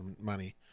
money